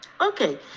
Okay